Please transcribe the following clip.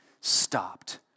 stopped